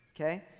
Okay